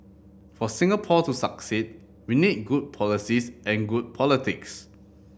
for Singapore to succeed we need good policies and good politics